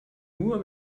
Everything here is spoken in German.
nur